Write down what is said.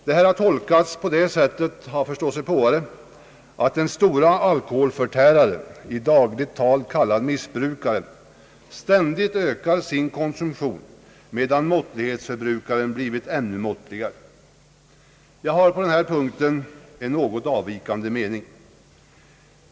Detta förhållande har av förståsigpåare tolkats på det sättet, att den stora alkoholförtäraren, i dagligt tal kallad missbrukaren, ständigt ökar sin konsumtion medan måttlighetsförbrukaren blivit ännu måttligare. Jag har på den här punkten en något avvikande mening.